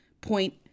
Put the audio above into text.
point